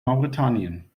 mauretanien